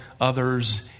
others